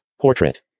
portrait